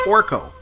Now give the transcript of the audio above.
Orko